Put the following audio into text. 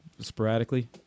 Sporadically